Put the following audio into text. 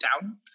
down